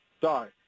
Sorry